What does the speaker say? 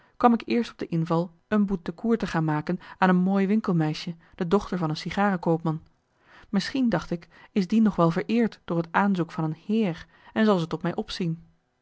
kwam ik eerst op de inval een bout de cour te gaan maken aan een mooi winkelmeisje de dochter van een sigarenkoopman misschien dacht ik is die nog wel vereerd door het aanzoek van een heer en zal ze tot mij opzien